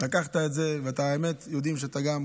לקחת את זה, והאמת, יודעים שאתה גם